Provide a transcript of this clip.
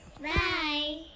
Bye